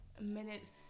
minutes